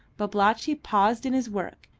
babalatchi paused in his work,